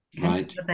right